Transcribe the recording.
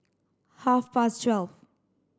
half past twelve